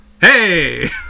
Hey